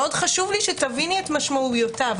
חשוב לי שתביני את משמעויותיו